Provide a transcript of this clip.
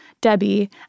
Debbie